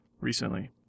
recently